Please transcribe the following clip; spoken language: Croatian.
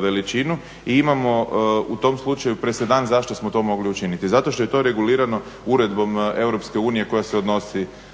veličinu i imamo u tom slučaju presedan zašto smo to mogli učiniti. Zato što je to regulirano Uredbom Europske unije